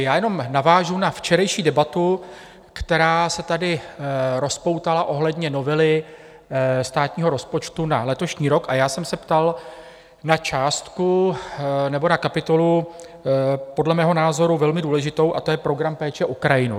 V rychlosti jenom navážu na včerejší debatu, která se tady rozpoutala ohledně novely státního rozpočtu na letošní rok, a já jsem se ptal na částku nebo na kapitolu podle mého názoru velmi důležitou, a to je program péče o krajinu.